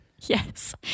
Yes